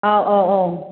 ꯑꯧ ꯑꯧ ꯑꯧ